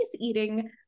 eating